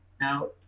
now